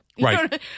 Right